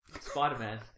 Spider-Man